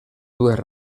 dues